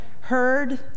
heard